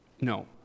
No